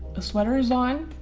the sweater is on